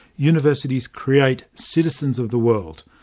universities create citizens of the world.